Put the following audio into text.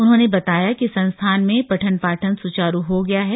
उन्होंने बताया कि संस्थान में पठन पाठन सुचारु हो गया है